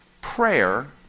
prayer